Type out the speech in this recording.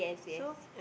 so